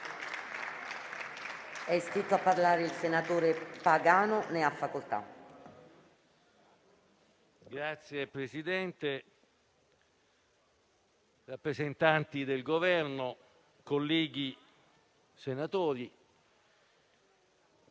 Signor Presidente, rappresentanti del Governo, colleghi senatori,